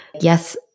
Yes